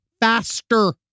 faster